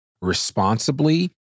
responsibly